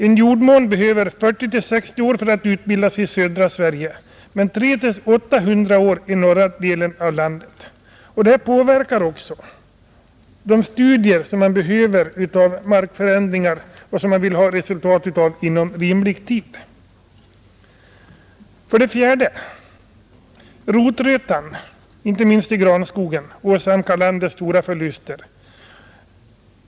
En jordmån behöver 40—60 år för att utbildas i södra Sverige men 300-800 år i norra delen av landet. Detta påverkar också de nödvändiga markförändringsstudier, som man vill ha resultat av inom rimlig tid. 4, Rotrötan — inte minst i granskogen — åsamkar landet stora förluster.